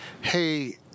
hey